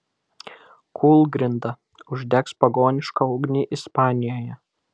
kūlgrinda uždegs pagonišką ugnį ispanijoje